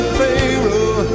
Pharaoh